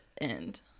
end